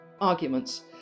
arguments